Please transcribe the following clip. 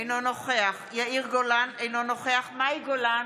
אינו נוכח יאיר גולן, אינו נוכח מאי גולן,